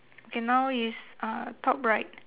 K now is uh top right